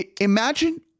imagine